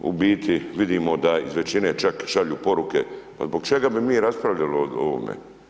U biti vidimo da iz većine čak šalju poruke zbog čega bi mi raspravljali o ovome.